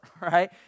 right